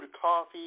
coffee